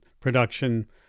production